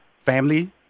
family